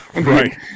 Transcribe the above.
Right